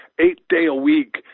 eight-day-a-week